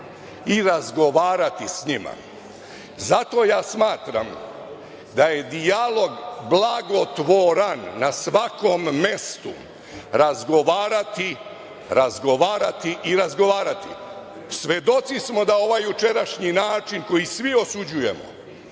i razgovarati s njima. Zato ja smatram da je dijalog blagotvoran na svakom mestu, razgovarati, razgovarati i razgovarati. Svedoci smo da ovaj jučerašnji način, koji svi osuđujemo